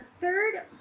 third